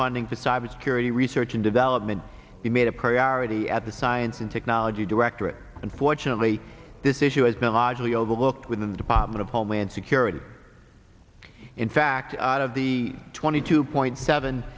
funding to cyber security research and development be made a priority at the science and technology directorate and fortunately this issue has been largely overlooked within the department of homeland security in fact out of the twenty two point seven